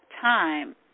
time